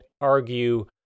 argue